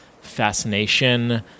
fascination